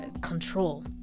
control